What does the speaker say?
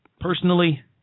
personally